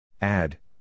Add